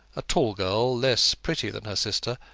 a tall girl, less pretty than her sister,